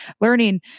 learning